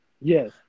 yes